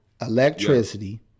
electricity